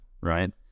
Right